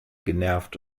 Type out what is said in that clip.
genervt